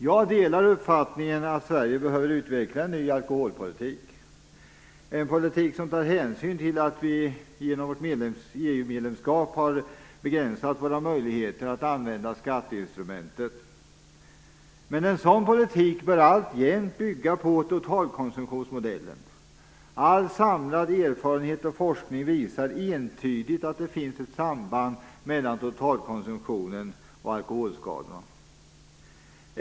Jag delar uppfattningen att Sverige behöver utveckla en ny alkoholpolitik som tar hänsyn till att vi genom vårt EU-medlemskap har begränsat våra möjligheter att använda skatteinstrumentet. Men en sådan politik bör alltjämt bygga på totalkonsumtionsmodellen. All samlad erfarenhet och forskning visar entydigt att finns ett samband mellan totalkonsumtionen och alkoholskadorna.